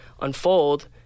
unfold